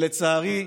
לצערי,